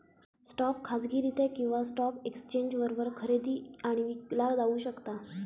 stock खाजगीरित्या किंवा stock एक्सचेंजवर खरेदी आणि विकला जाऊ शकता